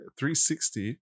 360